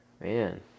man